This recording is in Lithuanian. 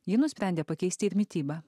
ji nusprendė pakeisti ir mitybą